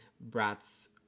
brats